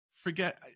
forget